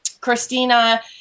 Christina